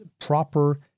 proper